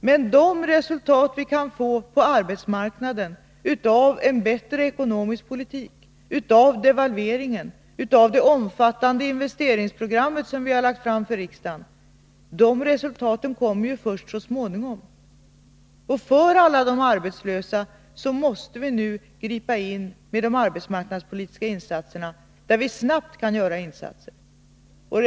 Men de resultat vi kan få på arbetsmarknaden av en bättre ekonomisk politik, av devalveringen och av det omfattande investeringsprogram som vi har lagt fram för riksdagen kommer ju först så småningom. För alla de arbetslösa måste vi nu gripa in med de arbetsmarknadspolitiska insatserna där vi snabbt kan göra någonting.